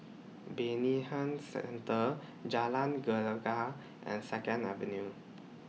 Bayanihan Centre Jalan Gelegar and Second Avenue